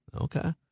okay